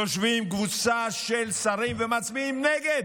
יושבים קבוצה של שרים ומצביעים נגד.